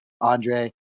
Andre